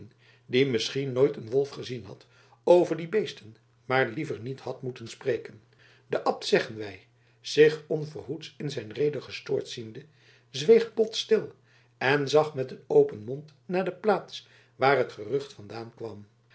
die misschien nooit een wolf gezien had over die beesten maar liever niet had moeten spreken de abt zeggen wij zich onverhoeds in zijn rede gestoord ziende zweeg bot stil en zag met een open mond naar de plaats waar het gerucht vandaan kwam